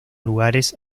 lugares